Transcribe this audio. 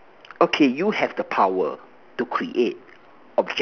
okay you have the power to create object